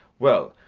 well,